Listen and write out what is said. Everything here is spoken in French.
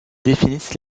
définissent